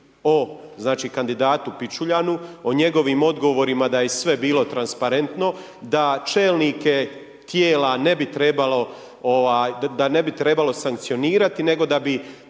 kandidatu Pičuljanu, o njegovim odgovorima da je sve bilo transparentno, da čelnike tijela ne bi trebalo, ovaj, da ne bi